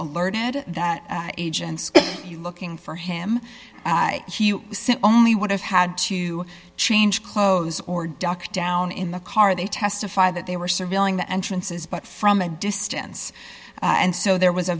alerted that agents you looking for him since only would have had to change clothes or doc down in the car they testify that they were surveilling the entrances but from a distance and so there was a